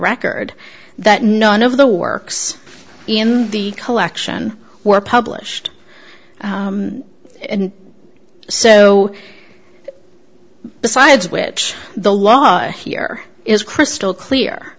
record that none of the works in the collection were published so besides which the law here is crystal clear